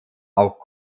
auch